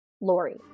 Lori